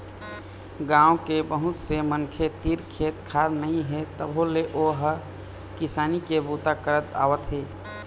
गाँव के बहुत से मनखे तीर खेत खार नइ हे तभो ले ओ ह किसानी के बूता करत आवत हे